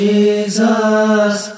Jesus